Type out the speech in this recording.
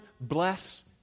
bless